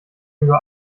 über